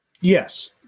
Yes